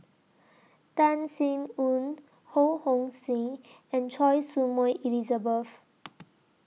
Tan Sin Aun Ho Hong Sing and Choy Su Moi Elizabeth